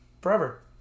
forever